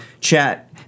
chat